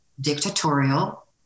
dictatorial